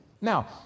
Now